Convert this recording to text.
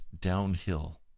downhill